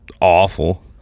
awful